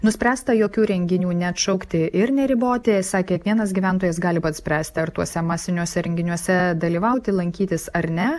nuspręsta jokių renginių neatšaukti ir neriboti esą kiekvienas gyventojas gali pats spręsti ar tuose masiniuose renginiuose dalyvauti lankytis ar ne